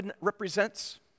represents